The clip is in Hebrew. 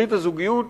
ברית הזוגיות,